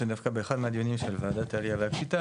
שדווקא באחד מהדיונים של וועדת העלייה והקליטה,